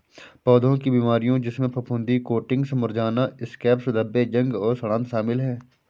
पौधों की बीमारियों जिसमें फफूंदी कोटिंग्स मुरझाना स्कैब्स धब्बे जंग और सड़ांध शामिल हैं